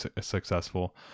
successful